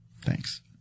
Thanks